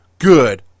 Good